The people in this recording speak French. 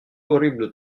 horrible